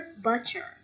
Butcher